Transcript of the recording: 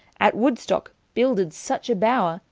at woodstocke builded such a bower,